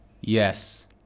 Yes